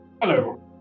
Hello